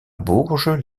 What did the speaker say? bourges